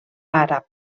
àrab